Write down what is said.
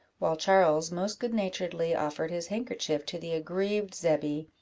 while charles most good-naturedly offered his handkerchief to the aggrieved zebby,